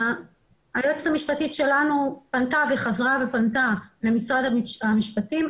היועצת המשפטית שלנו פנתה וחזרה ופנתה למשרד המשפטים,